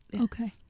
okay